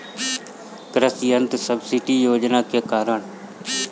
कृषि यंत्र सब्सिडी योजना के कारण?